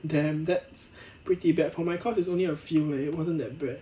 damn that's pretty bad for my course is only a few leh wasn't that bad